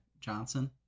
Johnson